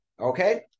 okay